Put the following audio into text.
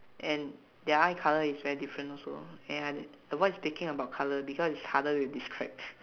and their eye colour is very different also ya and avoid speaking about colour because it's harder to describe